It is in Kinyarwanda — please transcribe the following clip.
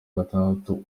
gatandatu